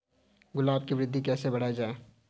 गुलाब की वृद्धि कैसे बढ़ाई जाए?